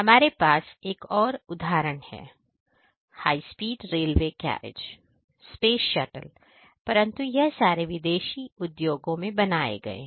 हमारे पास एक और उदाहरण है high speed railway carriage space shuttle परंतु यह सारे विदेशी उद्योगों में बनाए गए हैं